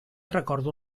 recordo